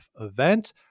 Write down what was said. event